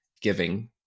giving